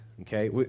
okay